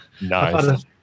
Nice